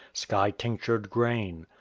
sky-tinctured grain.